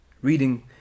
reading